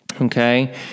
Okay